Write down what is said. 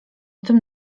tym